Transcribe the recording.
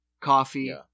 coffee